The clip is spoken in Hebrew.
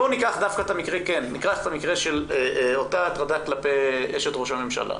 בואו ניקח דווקא את המקרה של אותה הטרדה כלפי אשת ראש הממשלה.